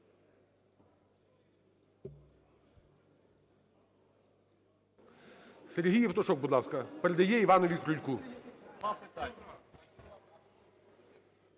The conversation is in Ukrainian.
Сергій Євтушок, будь ласка. Передає Іванові Крульку.